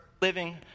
living